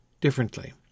differently